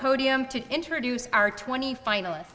podium to introduce our twenty final